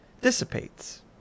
dissipates